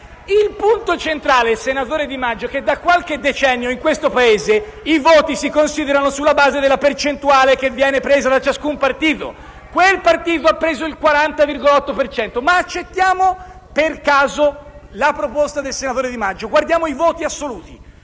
Il punto centrale, senatore Di Maggio, è che da qualche decennio in questo Paese i voti si considerano sulla base della percentuale che viene raggiunta da ciascun partito. Quel partito ha preso il 40,8 per cento. Accettiamo, però, la proposta del senatore Di Maggio e guardiamo i voti assoluti.